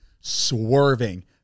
swerving